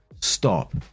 Stop